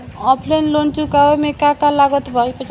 Offline loan चुकावे म का का लागत बा?